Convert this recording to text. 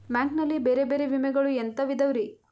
Bank ನಲ್ಲಿ ಬೇರೆ ಬೇರೆ ವಿಮೆಗಳು ಎಂತವ್ ಇದವ್ರಿ?